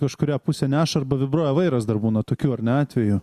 kažkurią pusę neša arba vibruoja vairas dar būna tokių ar ne atvejų